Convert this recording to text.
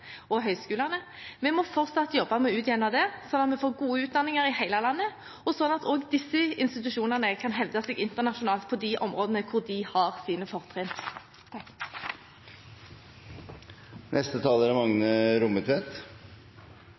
og høyskolene. Vi må fortsatt jobbe med å utjevne dette slik at vi får gode utdanninger i hele landet, og slik at også disse institusjonene kan hevde seg internasjonalt på de områdene hvor de har sine fortrinn. I trontala slår regjeringa fast at arbeidskrafta er